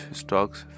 stocks